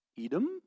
Edom